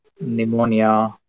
Pneumonia